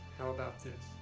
how about this,